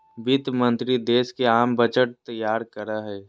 वित्त मंत्रि देश के आम बजट तैयार करो हइ